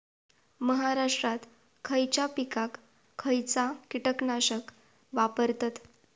महाराष्ट्रात खयच्या पिकाक खयचा कीटकनाशक वापरतत?